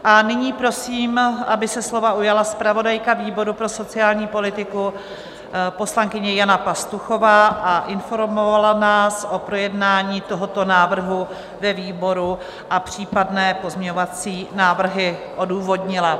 A nyní prosím, aby se slova ujala zpravodajka výboru pro sociální politiku, poslankyně Jana Pastuchová, a informovala nás o projednání tohoto návrhu ve výboru a případné pozměňovací návrhy odůvodnila.